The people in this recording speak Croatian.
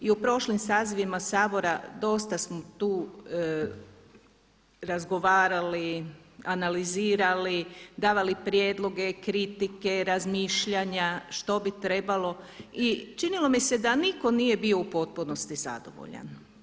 I u prošlim sazivima Sabora dosta smo tu razgovarali, analizirali, davali prijedloge, kritike, razmišljanja što bi trebalo i čini mi se da nitko nije bio u potpunosti zadovoljan.